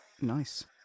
Nice